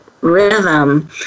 rhythm